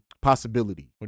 possibility